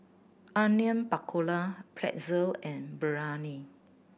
Onion Pakora Pretzel and Biryani